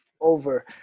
over